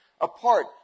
apart